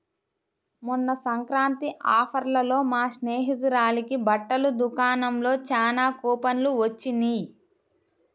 మొన్న సంక్రాంతి ఆఫర్లలో మా స్నేహితురాలకి బట్టల దుకాణంలో చానా కూపన్లు వొచ్చినియ్